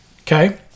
okay